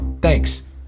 thanks